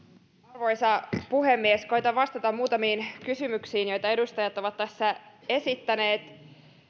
arvoisa puhemies koetan vastata muutamiin kysymyksiin joita edustajat ovat tässä esittäneet